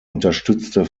unterstützte